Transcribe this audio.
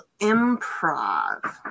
improv